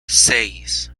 seis